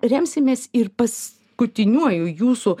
remsimės ir paskutiniuoju jūsų